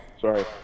Sorry